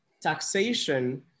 taxation